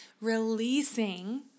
releasing